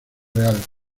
real